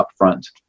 upfront